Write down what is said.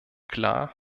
klar